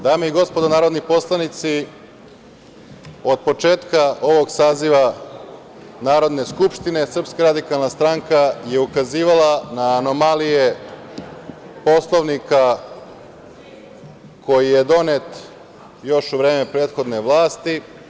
Dame i gospodo narodni poslanici, od početka ovog saziva Narodne skupštine, SRS je ukazivala na anomalije Poslovnika koji je donet još u vreme prethodne vlasti.